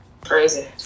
Crazy